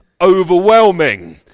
overwhelming